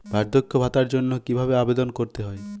বার্ধক্য ভাতার জন্য কিভাবে আবেদন করতে হয়?